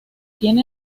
tiene